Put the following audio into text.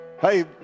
Hey